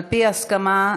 על-פי הסכמה,